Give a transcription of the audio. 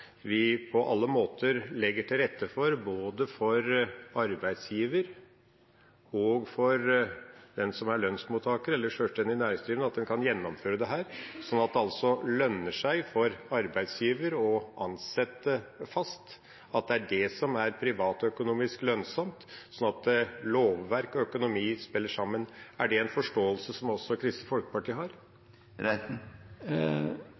vi på alle måter legger til rette både for arbeidsgiver og for den som er lønnsmottaker eller sjølstendig næringsdrivende – at en kan gjennomføre dette sånn at det lønner seg for arbeidsgiver å ansette fast, at det er det som er privatøkonomisk lønnsomt, sånn at lovverk og økonomi spiller sammen. Er det en forståelse som også Kristelig Folkeparti